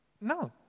no